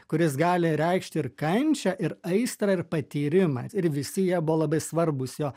kuris gali reikšti ir kančią ir aistrą ir patyrimą ir visi jie buvo labai svarbūs jo